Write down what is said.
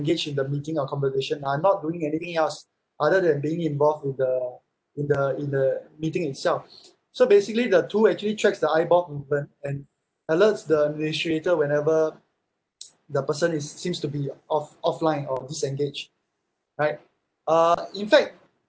engaged in the meeting or conversation are not doing anything else other than being involved with the in the in the meeting itself so basically the tool actually checks the eyeball movement and alerts the administrator whenever the person is seems to be off~ offline or disengage right uh in fact